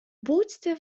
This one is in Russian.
будто